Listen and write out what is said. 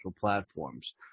platforms